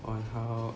on how